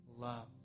love